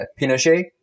Pinochet